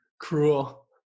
Cruel